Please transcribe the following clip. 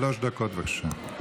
שלוש דקות, בבקשה.